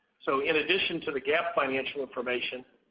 so in addition to the gaap financial information,